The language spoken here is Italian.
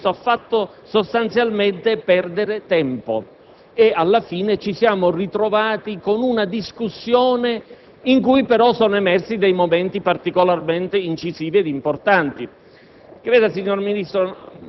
riforma. Evidentemente tutto questo ha fatto perdere tempo e alla fine ci siamo ritrovati con una discussione nella quale sono emersi momenti particolarmente incisivi ed importanti.